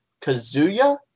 Kazuya